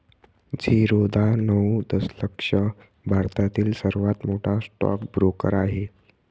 झिरोधा नऊ दशलक्ष भारतातील सर्वात मोठा स्टॉक ब्रोकर आहे